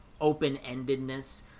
open-endedness